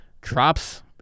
drops